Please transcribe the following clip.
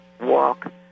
walk